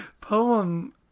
poem